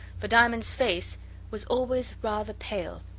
for diamond's face was always rather pale,